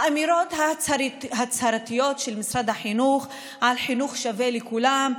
האמירות ההצהרתיות של משרד החינוך על חינוך שווה לכולם,